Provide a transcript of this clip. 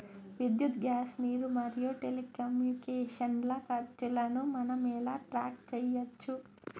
విద్యుత్ గ్యాస్ నీరు మరియు టెలికమ్యూనికేషన్ల ఖర్చులను మనం ఎలా ట్రాక్ చేయచ్చు?